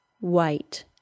white